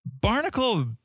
Barnacle